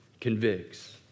convicts